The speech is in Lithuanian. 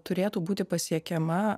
turėtų būti pasiekiama